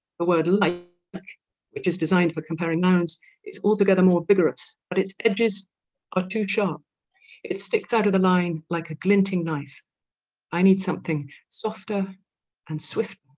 the word like like which is designed for comparing mounds is altogether more vigorous but its edges are too sharp it sticks out of the line like a glinting knife i need something softer and swift.